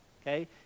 Okay